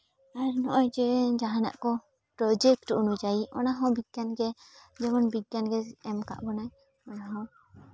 ᱟᱨ ᱱᱚᱜᱼᱚᱭ ᱡᱮ ᱡᱟᱦᱟᱱᱟᱜ ᱠᱚ ᱯᱨᱚᱡᱮᱠᱴ ᱚᱱᱩᱡᱟᱭᱤ ᱚᱱᱟ ᱦᱚᱸ ᱵᱤᱜᱽᱜᱟᱱ ᱜᱮ ᱡᱮᱢᱚᱱ ᱵᱤᱜᱽᱜᱟᱱ ᱜᱮ ᱮᱢ ᱠᱟᱜ ᱵᱚᱱᱟᱭ ᱚᱱᱟ ᱦᱚᱸ